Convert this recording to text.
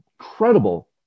incredible